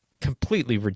completely